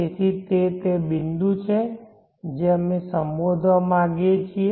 તેથી તે તે બિંદુ છે જે અમે સંબોધવા માંગીએ છીએ